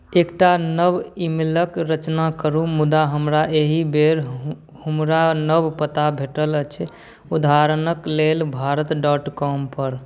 एकटा नव ई मेलके रचना करू मुदा हमरा एहि बेर हमरा नव पता भेटल अछि उदाहरणके लेल भारत डॉट कॉम पर